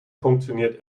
funktioniert